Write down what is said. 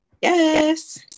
yes